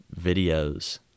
videos